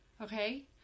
Okay